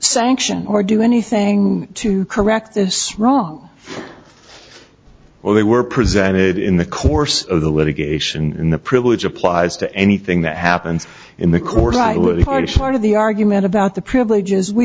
sanction or do anything to correct this wrong or they were presented in the course of the litigation in the privilege applies to anything that happens in the course hardest part of the argument about the privileges we